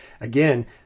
again